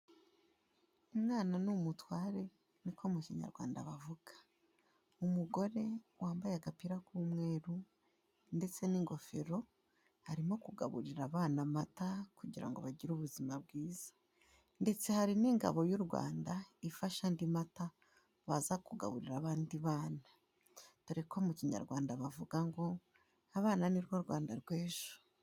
Umwana ni umutware ni ko mu Kinyarwanda bavuga, umugore wambaye agapira k'umweru ndetse n'ingofero, arimo kugaburira abana amata, kugira ngo bagire ubuzima bwiza, ndetse hari n'ingabo y'u Rwanda ifashe andi mata, baza kugaburira abandi bana, dore ko mu Kinyarwanda bavuga ngo abana ni rwo Rwanda rw'ejo.